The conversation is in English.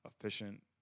Efficient